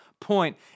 point